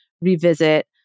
revisit